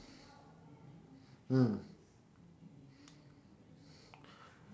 mm